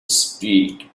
speak